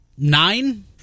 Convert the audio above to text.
Nine